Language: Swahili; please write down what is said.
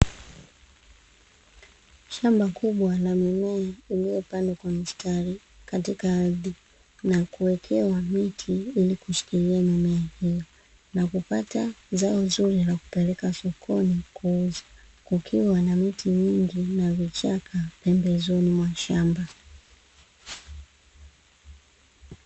Shamba kubwa la mimea, iliyopandwa kwa mstari katika ardhi na kuwekea miti ili kushikilia mimea hiyo, na kupata zao zuri la kupeleka sokoni kuuza, kukiwa na miti mingi na vichaka pembezoni mwa shamba.